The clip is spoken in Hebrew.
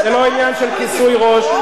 זה לא עניין של כיסוי ראש.